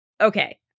Okay